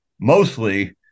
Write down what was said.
mostly